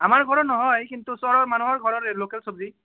আমাৰ ঘৰত নহয় কিন্তু ওচৰৰ মানুহৰ ঘৰৰে লোকেল চব্জি